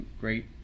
great